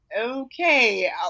Okay